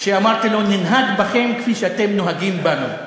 כשאמרתי לו: ננהג בכם כפי שאתם נוהגים בנו,